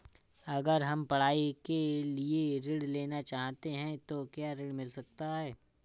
अगर हम पढ़ाई के लिए ऋण लेना चाहते हैं तो क्या ऋण मिल सकता है?